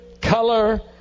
color